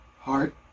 heart